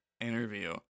interview